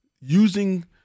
using